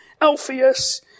Alpheus